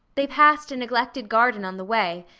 they passed a neglected garden on the way,